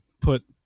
put